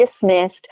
dismissed